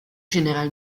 général